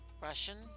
Russian